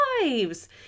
lives